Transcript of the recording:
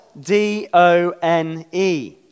D-O-N-E